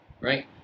right